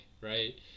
right